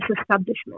establishment